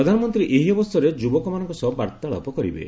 ପ୍ରଧାନମନ୍ତ୍ରୀ ଏହି ଅବସରରେ ଯୁବକମାନଙ୍କ ସହ ବାର୍ତ୍ତାଳାପ କରିବେ